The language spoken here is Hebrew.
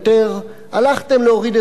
הלכתם להוריד את מגרון,